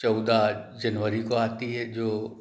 चौदह जनवरी को आती है जो